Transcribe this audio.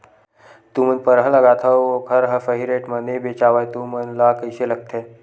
तू मन परहा लगाथव अउ ओखर हा सही रेट मा नई बेचवाए तू मन ला कइसे लगथे?